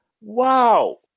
Wow